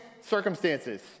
circumstances